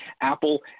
Apple